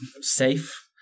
safe